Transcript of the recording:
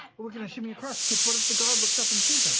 we're going to shimmy across. because what if the guard looks up and sees us?